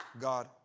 God